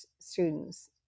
students